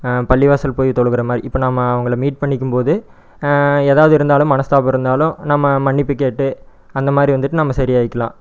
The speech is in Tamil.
பள்ளிவாசல் போய் தொழுகிற மாதிரி இப்போ நம்ம அவங்களை மீட் பண்ணிக்கும்போது ஏதாவது இருந்தாலும் மனஸ்தாபம் இருந்தாலும் நம்ம மன்னிப்பு கேட்டு அந்தமாதிரி வந்துவிட்டு நம்ம சரி ஆகிக்கலாம்